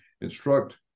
instruct